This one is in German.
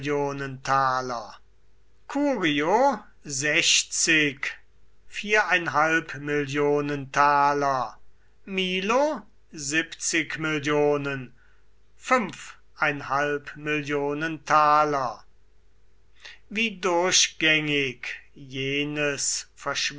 taler wie durchgängig jenes